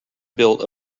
built